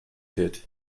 did